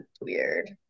weird